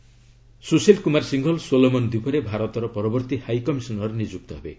Sushil Singhal Sushil Kumar Singhal Solomon ଦ୍ୱୀପରେ ଭାରତର ପରବର୍ତ୍ତୀ ହାଇକମିଶନର ନିଯୁକ୍ତ ହେବେ